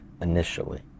initially